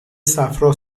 صفرا